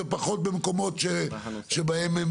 ופחות במקומות שבהם.